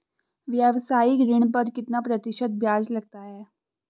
व्यावसायिक ऋण पर कितना प्रतिशत ब्याज लगता है?